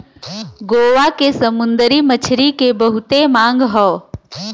गोवा के समुंदरी मछरी के बहुते मांग हौ